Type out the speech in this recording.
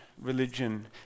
religion